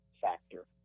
factor